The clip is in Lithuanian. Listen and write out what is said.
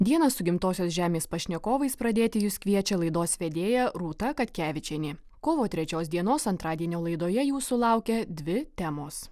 dieną su gimtosios žemės pašnekovais pradėti jus kviečia laidos vedėja rūta katkevičienė kovo trečios dienos antradienio laidoje jūsų laukia dvi temos